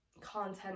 content